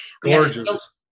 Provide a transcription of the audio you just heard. Gorgeous